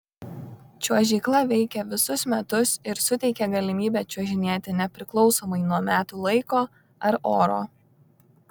čiuožykla veikia visus metus ir suteikia galimybę čiuožinėti nepriklausomai nuo metų laiko ar oro